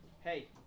hey